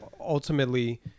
ultimately